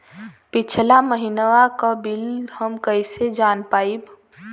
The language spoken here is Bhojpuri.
पिछला महिनवा क बिल हम कईसे जान पाइब?